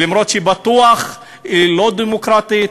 למרות שבטוח היא לא דמוקרטית,